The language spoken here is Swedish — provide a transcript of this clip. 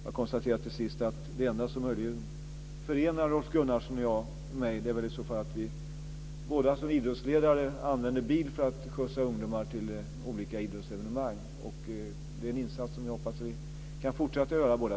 Jag konstaterar till sist att det enda som möjligen förenar Rolf Gunnarsson och mig är att vi båda som idrottsledare använder bil för att skjutsa ungdomar till olika idrottsevenemang. Det är en insats som jag hoppas att vi båda kan fortsätta att göra.